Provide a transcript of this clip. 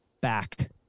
back